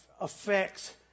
affects